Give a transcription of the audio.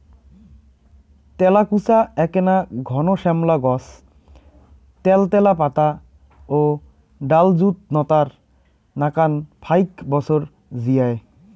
তেলাকুচা এ্যাকনা ঘন শ্যামলা গছ ত্যালত্যালা পাতা ও ডালযুত নতার নাকান ফাইক বছর জিয়ায়